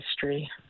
history